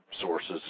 sources